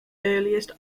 earliest